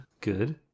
good